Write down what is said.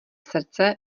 srdce